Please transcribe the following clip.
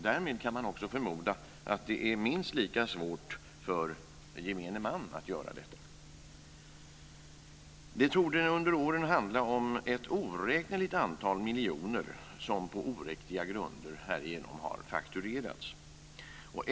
Därmed kan man också förmoda att det är minst lika svårt för gemene man att göra det. Det torde under åren ha handlat om ett oräkneligt antal miljoner som på oriktiga grunder härigenom har fakturerats.